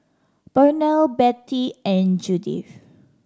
Pernell Betty and Judyth